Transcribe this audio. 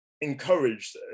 encouraged